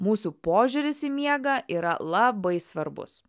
mūsų požiūris į miegą yra labai svarbus